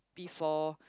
P-four